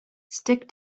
stick